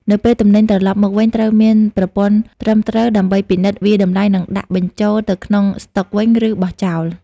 នៅពេលទំនិញត្រឡប់មកវិញ ត្រូវមានប្រព័ន្ធត្រឹមត្រូវដើម្បីពិនិត្យ វាយតម្លៃ និងដាក់បញ្ចូលទៅក្នុងស្តុកវិញ ឬបោះចោល។